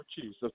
Jesus